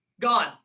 gone